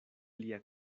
lia